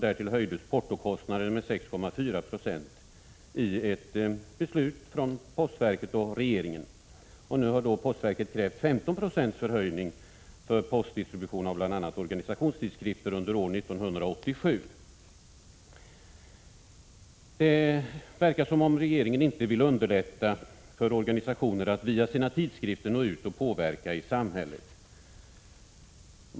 Därtill höjdes portokostnaden med 6,4 96 genom ett beslut av postverket och regeringen. Nu kräver postverket en höjning med 15 96 för postdistribution av bl.a. organisationstidskrifter under år 1987. Det verkar som om regeringen inte vill underlätta för organisationer att via sina tidskrifter nå ut och påverka i samhället.